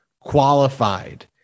qualified